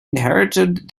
inherited